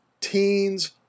teens